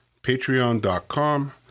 patreon.com